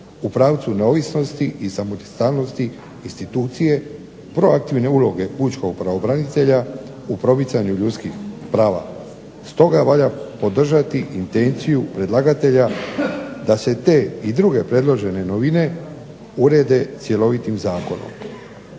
u pravcu neovisnosti i samostalnosti institucije, proaktivne uloge pučkog pravobranitelja u promicanju ljudskih prava. Stoga valja podržati intenciju predlagatelja da se te i druge predložene novine urede cjelovitim zakonom.